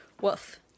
Woof